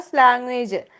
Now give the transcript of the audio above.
language